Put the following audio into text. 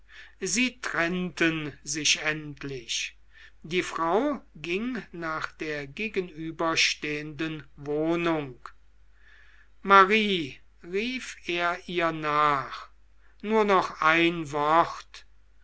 sie trennten sich endlich die frau ging nach der gegenüberstehenden wohnung marie rief er ihr nach nur noch ein wort